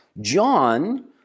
John